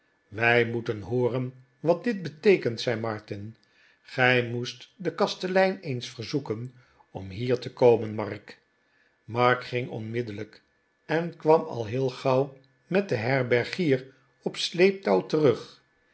wij moeten hooren wat dit beteekent zei martin gij moest den kastelein eens verzoeken om hier te komen mark mark ging onmiddellijk en kwam al heel gauw met den herbergier op sleeptouw terug